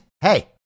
hey